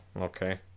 okay